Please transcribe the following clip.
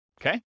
okay